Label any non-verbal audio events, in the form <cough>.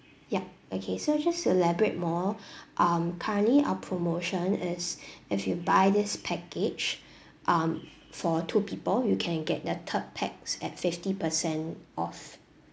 ya okay so just to elaborate more <breath> um currently our promotion is if you buy this package um for two people you can get the third pax at fifty percent off